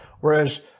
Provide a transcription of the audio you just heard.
Whereas